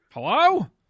Hello